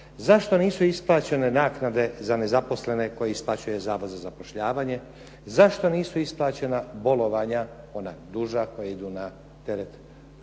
zašto nisu isplaćene naknade za nezaposlene koje isplaćuje Zavod za zapošljavanje, zašto nisu isplaćena bolovanja, ona duža koja idu na teret